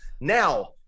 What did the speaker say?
Now